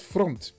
Front